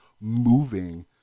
moving